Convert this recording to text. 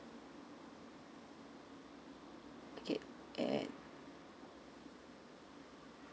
okay and